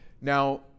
Now